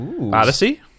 Odyssey